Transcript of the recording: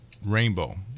Rainbow